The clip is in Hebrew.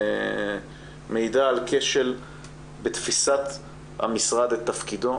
מעידה על כשל בתפיסת המשרד את תפקידו